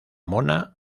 mona